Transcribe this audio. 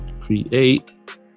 Create